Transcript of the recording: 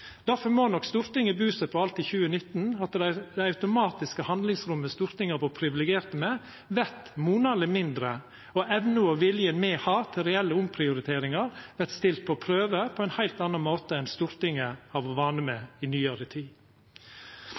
må nok Stortinget alt i 2019 bu seg på at det automatiske handlingsrommet Stortinget har vore privilegert med, vert monaleg mindre, og evna og viljen me har til reelle omprioriteringar, vert stilte på prøve på ein heilt annan måte enn Stortinget har vore vant med i nyare tid.